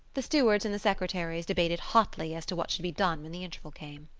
the stewards and the secretaries debated hotly as to what should be done when the interval came.